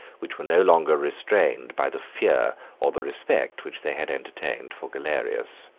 which were no longer restrained by the fear or the respect which they had entertained for galerius.